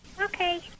Okay